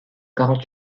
quarante